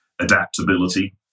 adaptability